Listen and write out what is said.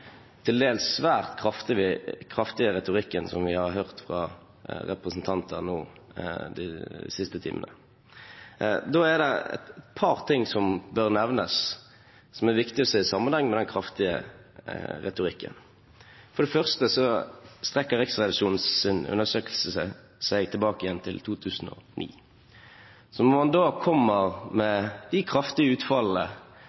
til dels svært kraftige retorikken vi har hørt fra representanter nå de siste timene. Da er det et par ting som bør nevnes som det er viktig å se i sammenheng med den kraftige retorikken. For det første strekker Riksrevisjonens undersøkelse seg tilbake til 2009, så når man